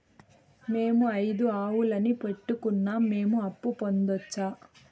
మేము ఐదు ఆవులని పెట్టుకున్నాం, మేము అప్పు పొందొచ్చా